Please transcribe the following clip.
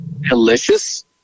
delicious